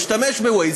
משתמש ב-Waze?